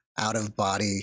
out-of-body